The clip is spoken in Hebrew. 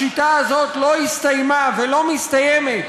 השיטה הזאת לא הסתיימה ולא מסתיימת